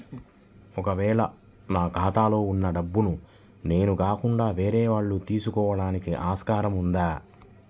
ఒక వేళ నా ఖాతాలో వున్న డబ్బులను నేను లేకుండా వేరే వాళ్ళు తీసుకోవడానికి ఆస్కారం ఉందా?